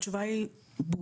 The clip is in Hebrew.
התשובה היא - בול.